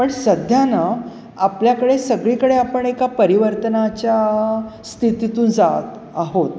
पण सध्या ना आपल्याकडे सगळीकडे आपण एका परिवर्तनाच्या स्थितीतून जात आहोत